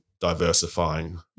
diversifying